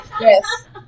Yes